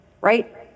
right